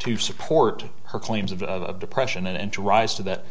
to support her claims of the depression and to rise to that